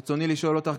ברצוני לשאול אותך,